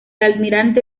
almirante